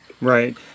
Right